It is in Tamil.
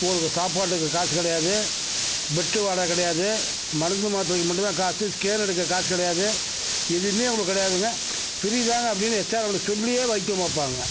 உங்களுக்கு சாப்பாட்டுக்கு காசு கிடையாது பெட்டு வாடகை கிடையாது மருந்து மாத்திரைக்கு மட்டும் தான் காசு ஸ்கேன் எடுக்க காசு கிடையாது எதுவுமே உங்களுக்கு கிடையாதுங்க ஃப்ரீ தாங்க அப்படினு எஸ்ஆர்எம்மில் சொல்லியே வைத்தியம் பார்ப்பாங்க